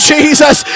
Jesus